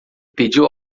pediu